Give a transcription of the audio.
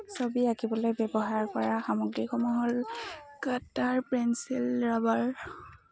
ছবি আঁকিবলৈ ব্যৱহাৰ কৰা সামগ্ৰীসমূহ হ'ল কাাটাৰ পেঞ্চিল ৰবাৰ